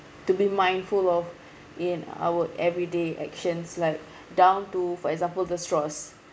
to be mindful of in our everyday actions like down to for example the straws